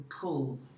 pull